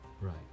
Right